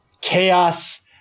chaos